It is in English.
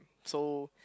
so